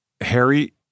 Harry